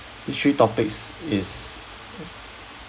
this three topics is